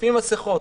לפי מסכות,